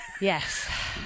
Yes